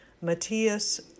Matthias